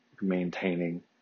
Maintaining